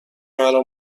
مرا